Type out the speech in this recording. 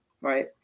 right